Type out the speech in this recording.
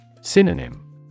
Synonym